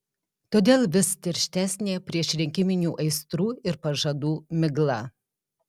todėl vis tirštesnė priešrinkiminių aistrų ir pažadų migla